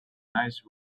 nice